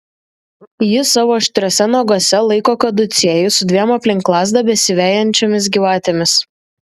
ji savo aštriuose naguose laiko kaducėjų su dviem aplink lazdą besivejančiomis gyvatėmis